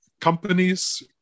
companies